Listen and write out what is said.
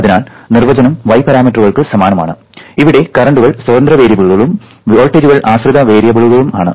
അതിനാൽ നിർവചനം Y പാരാമീറ്ററുകൾക്ക് സമാനമാണ് ഇവിടെ കറന്റുകൾ സ്വതന്ത്ര വേരിയബിളുകളും വോൾട്ടേജുകൾ ആശ്രിത വേരിയബിളുകളുമാണ്